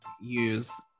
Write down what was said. use